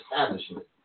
establishment